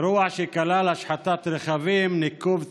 אירוע שכלל השחתת רכבים, ניקוב צמיגים,